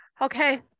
okay